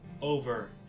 over